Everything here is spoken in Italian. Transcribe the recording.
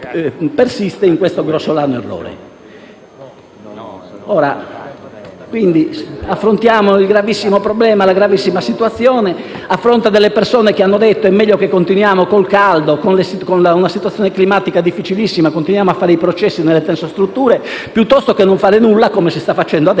persiste in questo grossolano errore. Affrontiamo quindi il gravissimo problema e la gravissima situazione a fronte delle persone che hanno detto che sarebbe stato meglio continuare con il caldo, con una situazione climatica difficilissima, a fare processi nelle stesse strutture piuttosto che non fare nulla, come si sta facendo adesso